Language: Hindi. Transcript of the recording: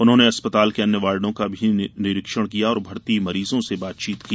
उन्होंने अस्पताल के अन्य वार्डों का भी निरीक्षण किया और भर्ती मरीजों से बातचीत की